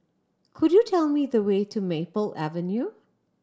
could you tell me the way to Maple Avenue